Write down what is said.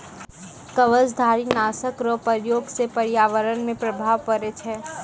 कवचधारी नाशक रो प्रयोग से प्रर्यावरण मे प्रभाव पड़ै छै